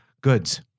goods